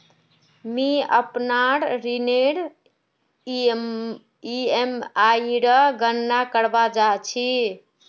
मि अपनार ऋणनेर ईएमआईर गणना करवा चहा छी